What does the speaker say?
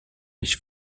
ich